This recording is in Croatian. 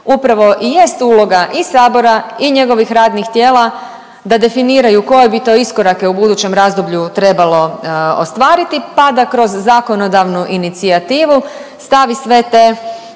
Upravo i jest uloga i sabora i njegovih radnih tijela da definiraju koje bi to iskorake u budućem razdoblju trebalo ostvariti pa da kroz zakonodavnu inicijativu stavi sve te